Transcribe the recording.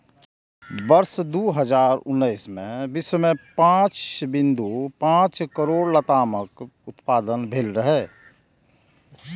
वर्ष दू हजार उन्नैस मे विश्व मे पांच बिंदु पांच करोड़ लतामक उत्पादन भेल रहै